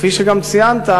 כפי שגם ציינת,